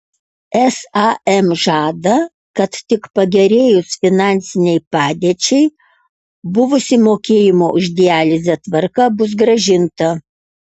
sam žada kad tik pagerėjus finansinei padėčiai buvusi mokėjimo už dializę tvarka bus grąžinta